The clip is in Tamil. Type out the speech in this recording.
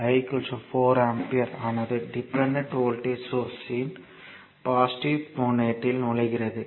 I 4 ஆம்பியர் ஆனது டிபெண்டன்ட் வோல்ட்டேஜ் சோர்ஸ்யின் பாசிட்டிவ் முனையத்தில் நுழைகிறது